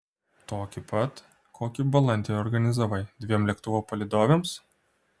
tokį pat kokį balandį organizavai dviem lėktuvo palydovėms